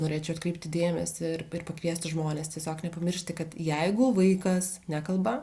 norėčiau atkreipti dėmesį ir ir pakviesti žmones tiesiog nepamiršti kad jeigu vaikas nekalba